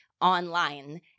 online